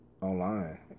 online